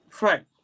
right